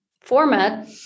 format